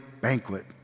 banquet